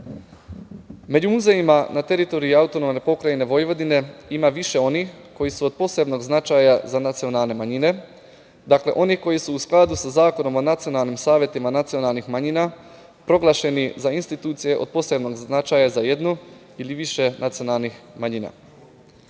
muzejima na teritoriji AP Vojvodine ima više onih koji su od posebnog značaja za nacionalne manjine, dakle, oni koji su u skladu sa Zakonom o nacionalnim savetima nacionalnih manjina proglašeni za institucije od posebnog značaja za jednu ili više nacionalnih manjina. Voleo